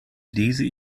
lese